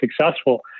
successful